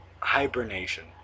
hibernation